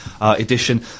edition